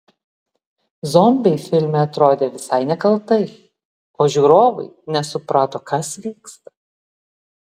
zombiai filme atrodė visai nekaltai o žiūrovai nesuprato kas vyksta